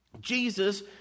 Jesus